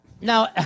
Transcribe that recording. Now